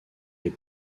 est